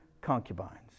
concubines